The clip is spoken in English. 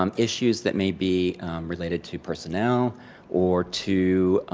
um issues that may be related to personnel or to